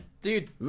Dude